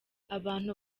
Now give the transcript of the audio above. abantu